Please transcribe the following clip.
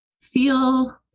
feel